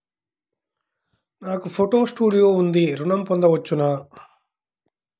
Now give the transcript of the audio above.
నాకు photo studio ఉంది ఋణం పొంద వచ్చునా?